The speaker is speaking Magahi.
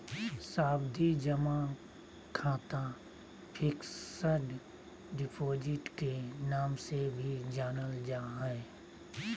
सावधि जमा खाता फिक्स्ड डिपॉजिट के नाम से भी जानल जा हय